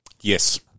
Yes